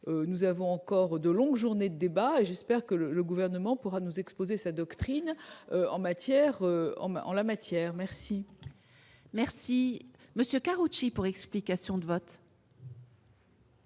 nous avons encore de longues journées débat et j'espère que le gouvernement pourra nous exposer sa doctrine en matière en la matière. Si merci monsieur Karoutchi pour explication de vote.